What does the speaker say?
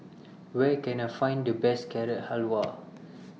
Where Can I Find The Best Carrot Halwa